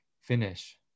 finish